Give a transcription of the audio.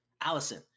Allison